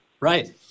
Right